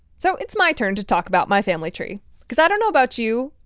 so it's my turn to talk about my family tree cause, i don't know about you,